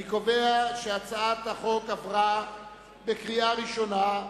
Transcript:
אני קובע שהצעת החוק עברה בקריאה ראשונה,